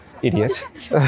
Idiot